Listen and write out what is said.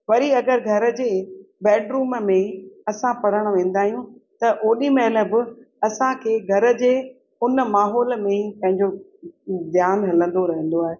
वरी अगरि घर जे बैडरुम मे बि असां पढ़ण वेंदा आहियूं त ओॾीमहिल बि असांखे घर जे उन माहोल में पंहिंजो ध्यानु हलंदो रहंदो आहे